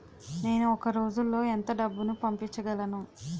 నేను ఒక రోజులో ఎంత డబ్బు పంపించగలను?